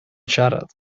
siarad